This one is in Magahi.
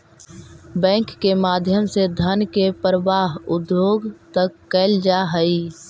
बैंक के माध्यम से धन के प्रवाह उद्योग तक कैल जा हइ